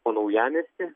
po naujamiestį